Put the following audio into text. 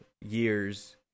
years